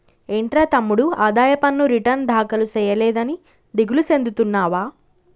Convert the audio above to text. ఏంట్రా తమ్ముడు ఆదాయ పన్ను రిటర్న్ దాఖలు సేయలేదని దిగులు సెందుతున్నావా